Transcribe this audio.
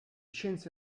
scienze